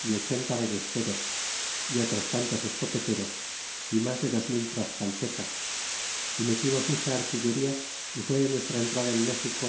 y ochenta ballesteros y otros tantos escopeteros y mas de dos mil tlascaltecas y metimos mucha artillería y m'a maestra entrtula en méxico